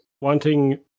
wanting